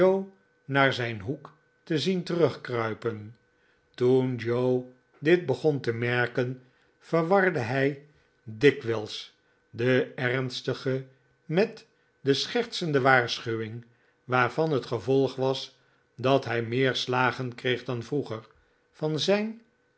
naar zijn hoek te zien terugkruipen toen joe dit begon te merken verwarde hlj dikwijls de ernstige met de schertsende waarschuwing waarvan hetgevolg was dat hi meer slagen kreeg dan vroeger van zijn